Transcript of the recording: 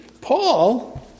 Paul